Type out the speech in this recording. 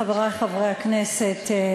חברי חברי הכנסת,